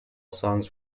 songs